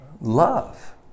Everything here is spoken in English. love